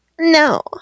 no